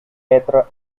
être